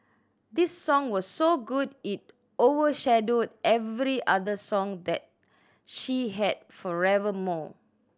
this song was so good it overshadowed every other song that she had forevermore